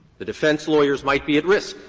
the defense lawyers might be at risk.